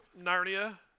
Narnia